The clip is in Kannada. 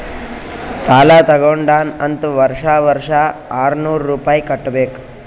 ಸಾಲಾ ತಗೊಂಡಾನ್ ಅಂತ್ ವರ್ಷಾ ವರ್ಷಾ ಆರ್ನೂರ್ ರುಪಾಯಿ ಕಟ್ಟಬೇಕ್